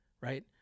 right